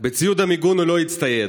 בציוד מיגון הוא לא הצטייד,